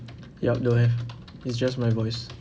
yup don't have it's just my voice